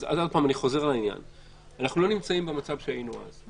אז אני חוזר אנחנו לא נמצאים במצב שהיינו בו אז.